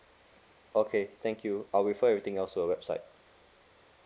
okay thank you I'll refer everything else to your website